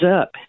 up